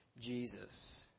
Jesus